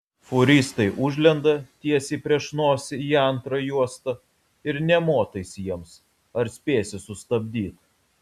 fūristai užlenda tiesiai prieš nosį į antrą juostą ir nė motais jiems ar spėsi sustabdyt